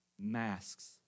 masks